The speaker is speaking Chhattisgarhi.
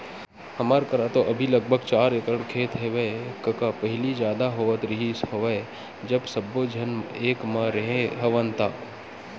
हमर करा तो अभी लगभग चार एकड़ खेत हेवय कका पहिली जादा होवत रिहिस हवय जब सब्बो झन एक म रेहे हवन ता